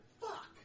Fuck